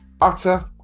utter